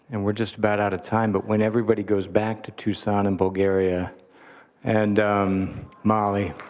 and we're just about out of time, but when everybody goes back to tucson and bulgaria and mali,